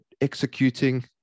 executing